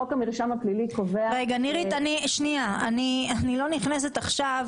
אני לא נכנסת עכשיו